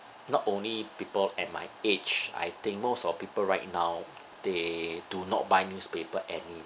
not only people at my age I think most of the people right now they do not buy newspaper anymore